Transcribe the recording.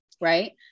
right